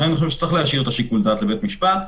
לכן אני חושב שצריך להשאיר את שיקול הדעת לבית המשפט.